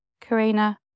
Karina